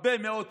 הרבה מאוד כסף.